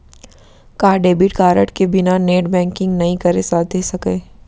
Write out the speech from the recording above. का debit card के बिना नेट बैंकिंग नई करे जाथे सके?